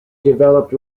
developed